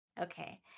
Okay